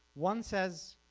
one says,